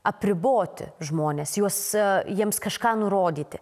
apriboti žmones juos jiems kažką nurodyti